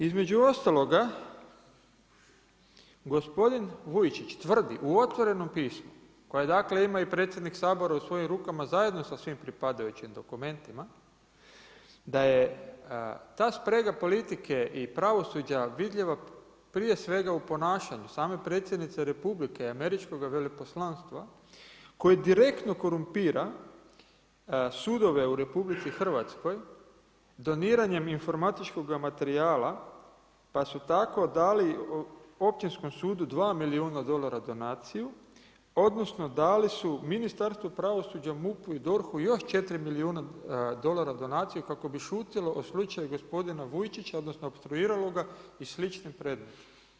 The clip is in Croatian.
Između ostaloga, gospodin Vujčić tvrdi u otvorenom pismu, koje dakle ima i predsjednik Sabora u svojim rukama zajedno sa svim pripadajućim dokumentima da je ta sprega politike i pravosuđa vidljiva prije svega u ponašanju same Predsjednice Republike i američkoga veleposlanstva koji direktno korumpira sudove u RH doniranjem informatičkoga materijala pa su tako dali općinskom sudu 2 milijuna dolara donaciju, odnosno dali su Ministarstvu pravosuđa, MUP-u i DORH-u još 4 milijuna dolara donacije kako bi šutilo o slučaju gospodina Vujčića, odnosno opstruiralo ga i sličnim predmetima.